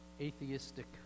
Atheistic